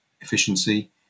efficiency